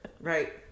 right